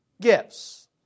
gifts